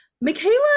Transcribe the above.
Michaela-